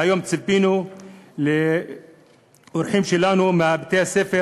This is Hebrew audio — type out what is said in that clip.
והיום ציפינו לאורחים שלנו מבתי-הספר